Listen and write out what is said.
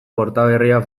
kortaberria